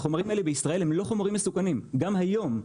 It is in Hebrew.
החומרים האלה הם לא חומרים מסוכנים בישראל גם היום.